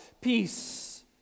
peace